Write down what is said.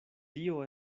tio